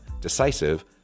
decisive